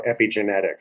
epigenetics